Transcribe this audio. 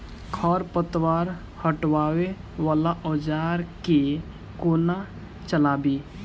खरपतवार हटावय वला औजार केँ कोना चलाबी?